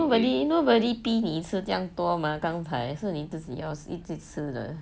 nobody nobody 逼你吃这样多吗刚才是你自己要一直吃的